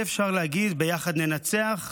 אי-אפשר להגיד "ביחד ננצח"